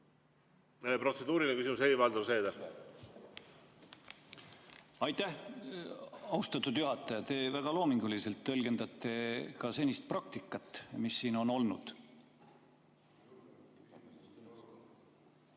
Aitäh! Austatud juhataja! Te väga loominguliselt tõlgendate ka senist praktikat, mis siin seni on olnud.